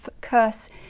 curse